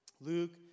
Luke